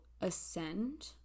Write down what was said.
ascend